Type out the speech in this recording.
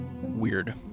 Weird